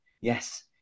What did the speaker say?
Yes